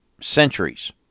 centuries